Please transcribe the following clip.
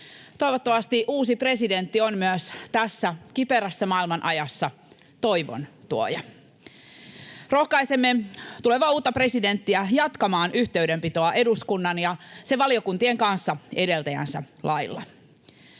Toivottavasti uusi presidentti on myös tässä kiperässä maailmanajassa toivon tuoja. Rohkaisemme tulevaa uutta presidenttiä jatkamaan yhteydenpitoa eduskunnan ja sen valiokuntien kanssa edeltäjänsä lailla.